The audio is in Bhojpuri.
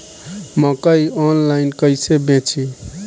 मकई आनलाइन कइसे बेची?